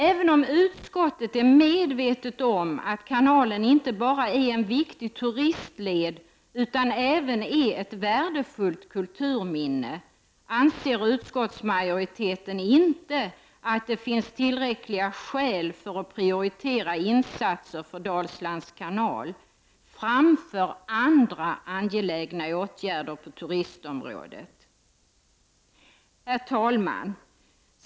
Även om utskottet är medvetet om att kanalen inte bara är en viktig turistled, utan även ett värdefullt kulturminne, anser utskottsmajoriteten att det inte finns tillräckliga skäl för att prioritera insatser för Dalslands kanal framför andra angelägna åtgärder på turistområdet. Herr talman!